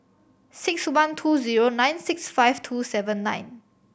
six one two zero nine six five two seven nine